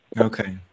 okay